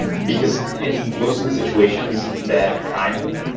and because in most of the situations that i'm in,